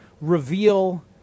reveal